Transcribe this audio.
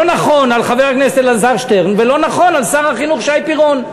לא נכון על חבר הכנסת אלעזר שטרן ולא נכון על שר החינוך שי פירון.